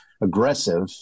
aggressive